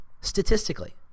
statistically